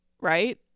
right